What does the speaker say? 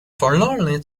forlornly